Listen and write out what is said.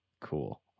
cool